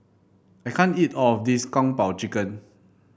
I can't eat all of this Kung Po Chicken